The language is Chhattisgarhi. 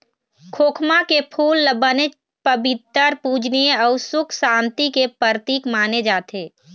खोखमा के फूल ल बनेच पबित्तर, पूजनीय अउ सुख सांति के परतिक माने जाथे